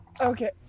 Okay